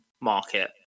market